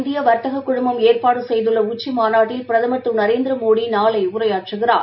இந்தியவர்த்தககுழுமம் ஏற்பாடுசெய்துள்ளஉச்சிமாநாட்டில் அமெரிக்க பிரதமள் திருநரேந்திரமோடிநாளைஉரையாற்றுகிறார்